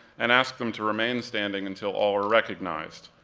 and ask them to remain standing until all are recognized.